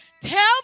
Tell